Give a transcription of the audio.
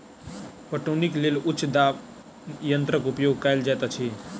पटौनीक लेल उच्च दाब यंत्रक उपयोग कयल जाइत अछि